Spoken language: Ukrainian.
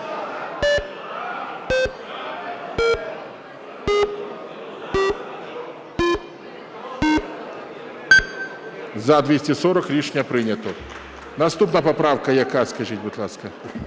За-240 Рішення прийнято. Наступна поправка, яка? Скажіть, будь ласка.